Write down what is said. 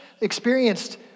experienced